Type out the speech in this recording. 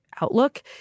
outlook